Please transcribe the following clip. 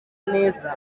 neza